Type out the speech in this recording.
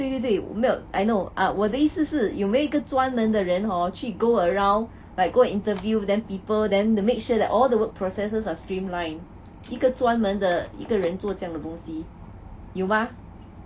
对对对沒有 I know uh 我的意思是有没有一个专门的人 hor 去 go around like go and interview then people then to make sure that all the work processes are streamline 一个专门的一个人做这样的东西有吗